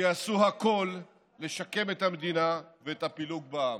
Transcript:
שיעשו הכול לשקם את המדינה, ואת הפילוג בעם.